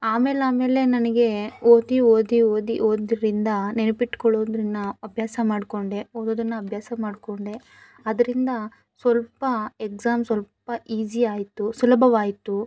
ಆಮೇಲೆ ಆಮೇಲೆ ನನಗೆ ಓದಿ ಓದಿ ಓದಿ ಓದ್ದಿರಿಂದ ನೆನಪಿಟ್ಕೋಳ್ಳೋದನ್ನು ಅಭ್ಯಾಸ ಮಾಡಿಕೊಂಡೆ ಓದೋದನ್ನು ಅಭ್ಯಾಸ ಮಾಡಿಕೊಂಡೆ ಅದರಿಂದ ಸ್ವಲ್ಪ ಎಕ್ಸಾಮ್ ಸ್ವಲ್ಪ ಈಝಿ ಆಯಿತು ಸುಲಭವಾಯಿತು